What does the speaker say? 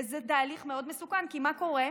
וזה תהליך מאוד מסוכן, כי מה קורה?